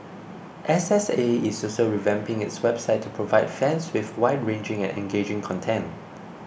S S A is also revamping its website to provide fans with wide ranging and engaging content